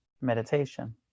meditation